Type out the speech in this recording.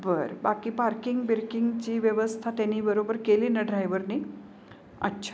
बरं बाकी पार्किंग बिरकिंगची व्यवस्था त्यांनी बरोबर केली ना ड्रायवरनी अच्छा